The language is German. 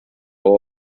aber